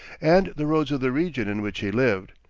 and the roads of the region in which he lived,